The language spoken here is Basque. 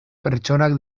pertsonak